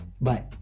Bye